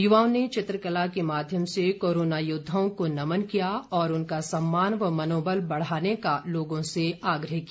युवाओं ने चित्रकला के माध्यम से कोरोना योद्वाओं को नमन किया और उनका सम्मान व उनका मनोबल बढ़ाने का लोगों से आग्रह किया